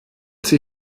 sie